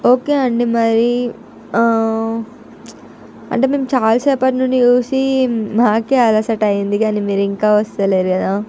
okay అండి మరి అంటే మేము చాలాసేపటి నుండి చూసి మాకు అలసట అయ్యింది కానీ మీరు ఇంకా వస్తలేరు కదా